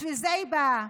בשביל זה היא באה.